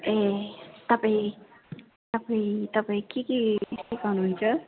ए तपाईँ तपाईँ तपाईँ के के सिकाउनु हुन्छ